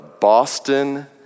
Boston